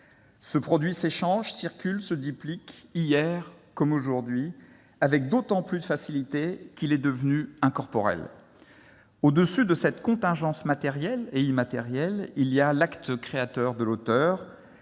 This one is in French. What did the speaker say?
Ce produit s'échange, circule, se duplique, hier comme aujourd'hui, avec d'autant plus de facilité qu'il est devenu incorporel. Au-dessus de cette contingence matérielle et immatérielle, il y a l'acte créateur de l'auteur